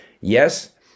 yes